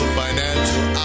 financial